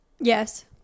Yes